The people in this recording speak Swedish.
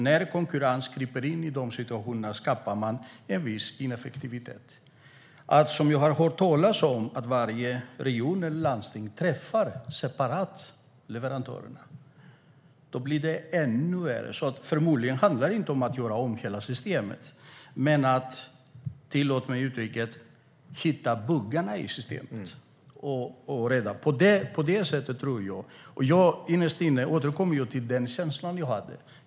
När konkurrens kryper in i de situationerna skapar man en viss ineffektivitet. Jag har hört talas om att varje region eller landsting separat träffar leverantörerna. Då blir det ännu värre. Förmodligen handlar det inte om att göra om hela systemet. Men det gäller att, tillåt mig använda uttrycket, hitta buggarna i systemet. Jag återkommer till den känsla jag hade.